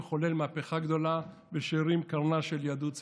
מנהיג שחולל מהפכה גדולה ושהרים את קרנה של יהדות ספרד.